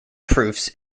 proofs